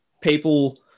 people